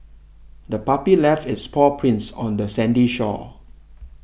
the puppy left its paw prints on the sandy shore